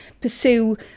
pursue